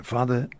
Father